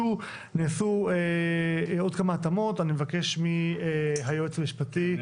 נעשו עוד כמה התאמות ואני מבקש מהיועץ המשפטי להציג את ההסכמות.